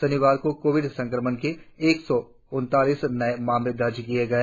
शनिवार को कोविड संक्रमण के एक सौ उनतालीस नए मामले दर्ज किए गए